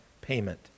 payment